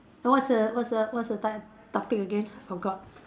what's a what's a what's a type topic again forgot